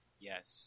Yes